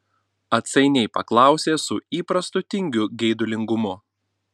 atsainiai paklausė su įprastu tingiu geidulingumu